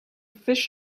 fish